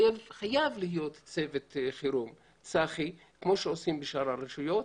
חייב להיות צוות חירום כמו שעושים בשאר הרשויות,